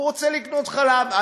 והוא רוצה לקנות חלב.